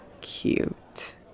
cute